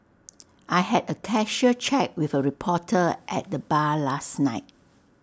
I had A casual chat with A reporter at the bar last night